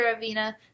Ravina